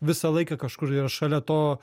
visą laiką kažkur yra šalia to